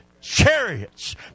chariots